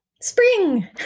Spring